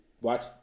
watch